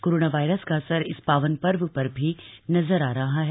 corona virus का असर इस पावन पर्व पर भी नजर आ रहा है